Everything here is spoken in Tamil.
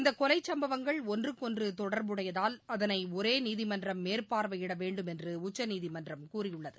இந்த கொலை சம்பவங்கள் ஒன்றுக்கொன்று தொடர்புடையதால் அதனை ஒரே நீதிமன்றம் மேற்பார்வையிட வேண்டும் என்று உச்சநீதிமன்றம் கூறியுள்ளது